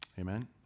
Amen